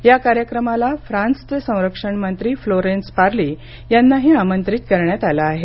या कार्यक्रमाला फ्रान्सचे संरक्षण मंत्री फ्लोरेन्स पार्ली यांनाही आमंत्रित करण्यात आलं आहे